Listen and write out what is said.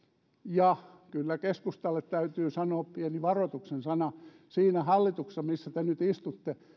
ja kyllä keskustalle täytyy sanoa pieni varoituksen sana siinä hallituksessa missä te nyt istutte